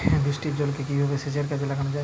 বৃষ্টির জলকে কিভাবে সেচের কাজে লাগানো য়ায়?